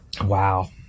Wow